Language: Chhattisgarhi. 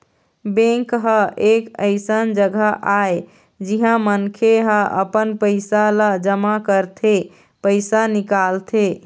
बेंक ह एक अइसन जघा आय जिहाँ मनखे ह अपन पइसा ल जमा करथे, पइसा निकालथे